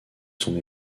son